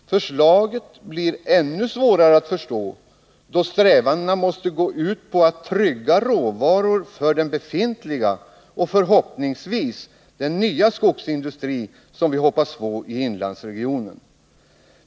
Förslaget blir ännu svårare att förstå när strävandena måste gå ut på att trygga råvaruförsörjningen för den befintliga skogsindustrin och för den skogsindustri som vi hoppas få i inlandsregionen.